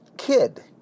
kid